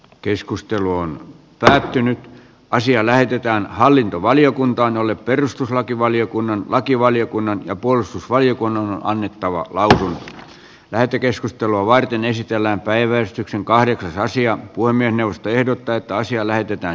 keskustelu on päätynyt asia lähetetään hallintovaliokuntaan jolle perustuslakivaliokunnan lakivaliokunnan ja puolustusvaliokunnalle annettava vältän lähetekeskustelua varten esitellään päivystyksen kahdentasoisia kuin minusta ehdot täyttä asiaa lähdetään